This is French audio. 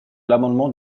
l’amendement